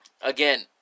again